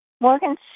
Morgan